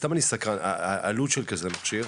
סתם אני סקרן, העלות של כזה מכשיר.